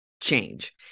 change